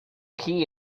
key